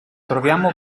troviamo